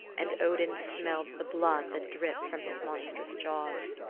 and odin smelled the blood that dripped from his monstrous jaws.